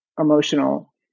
emotional